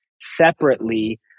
separately